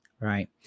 Right